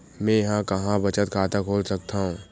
मेंहा कहां बचत खाता खोल सकथव?